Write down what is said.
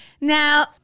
now